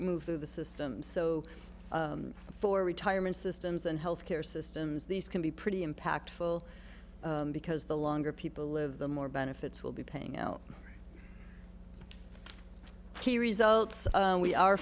move through the system so for retirement systems and health care systems these can be pretty impactful because the longer people live the more benefits will be paying out the results we are